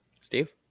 Steve